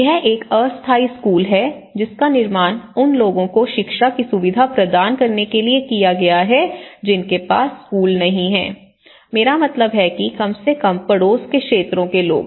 यह एक अस्थायी स्कूल है जिसका निर्माण उन लोगों को शिक्षा की सुविधाएं प्रदान करने के लिए किया गया है जिनके पास स्कूल नहीं है मेरा मतलब है कि कम से कम पड़ोस के क्षेत्रों के लोग